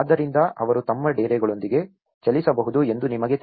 ಆದ್ದರಿಂದ ಅವರು ತಮ್ಮ ಡೇರೆಗಳೊಂದಿಗೆ ಚಲಿಸಬಹುದು ಎಂದು ನಿಮಗೆ ತಿಳಿದಿದೆ